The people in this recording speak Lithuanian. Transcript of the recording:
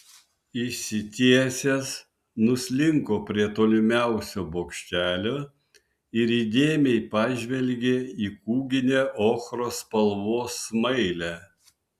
išsitiesęs nuslinko prie tolimiausio bokštelio ir įdėmiai pažvelgė į kūginę ochros spalvos smailę